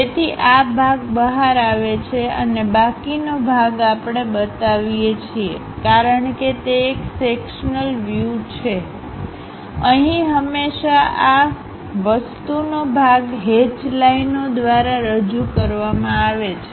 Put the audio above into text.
તેથી આ ભાગ બહાર આવે છે અને બાકીનો ભાગ આપણે બતાવીએ છીએકારણ કે તે એક સેક્શનલ વ્યુછે અહી હંમેશા આ વસ્તુનો ભાગ હેચ લાઇનો દ્વારા રજૂ કરવામાં આવે છે